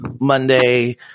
Monday